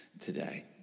today